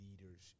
leaders